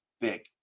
big